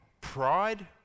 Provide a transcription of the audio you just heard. Pride